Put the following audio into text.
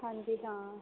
ਹਾਂਜੀ ਹਾਂ